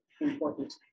important